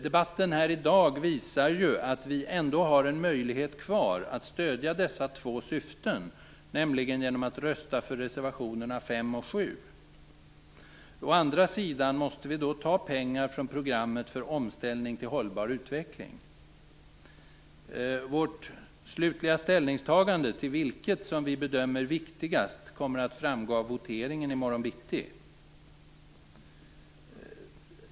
Debatten här i dag visar att vi ändå har en möjlighet kvar att stödja dessa två syften, nämligen genom att rösta för reservationerna 5 och 7. Å andra sidan måste vi då ta pengar från programmet för omställning till en hållbar utveckling. Vårt slutliga ställningstagande till vilket som vi bedömer viktigast kommer att framgå av voteringen i morgon bitti.